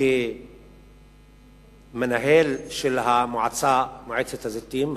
למנהל של מועצת הזיתים.